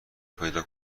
پیدا